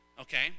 okay